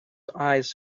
eyes